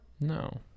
No